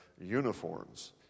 uniforms